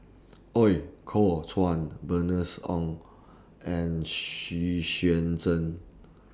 Ooi Kok Chuen Bernice Ong and Xu Xuan Zhen